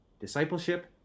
discipleship